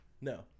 No